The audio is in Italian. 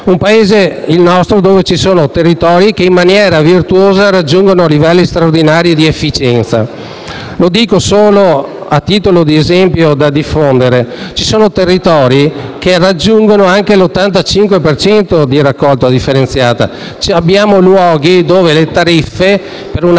Un Paese, il nostro, dove ci sono territori che in maniera virtuosa raggiungono livelli straordinari di efficienza. Lo dico solo a titolo di esempio. Ci sono territori che raggiungono anche l'85 per cento di raccolta differenziata. Abbiamo luoghi dove le tariffe per una famiglia